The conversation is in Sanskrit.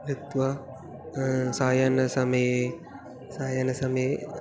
गत्वा सायं समये सायं समये